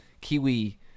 Kiwi